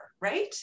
Right